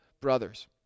brothers